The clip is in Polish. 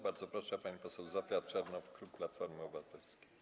Bardzo proszę, pani poseł Zofia Czernow, klub Platformy Obywatelskiej.